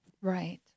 Right